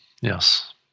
Yes